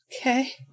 okay